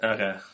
Okay